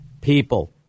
people